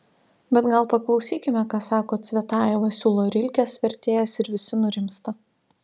bet gal paklausykime ką sako cvetajeva siūlo rilkės vertėjas ir visi nurimsta